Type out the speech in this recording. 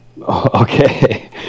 okay